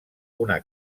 una